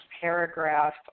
paragraph